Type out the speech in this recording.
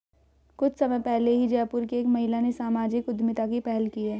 कुछ समय पहले ही जयपुर की एक महिला ने सामाजिक उद्यमिता की पहल की है